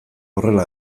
horrela